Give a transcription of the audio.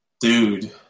Dude